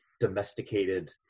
domesticated